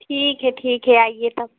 ठीक है ठीक है आइए तब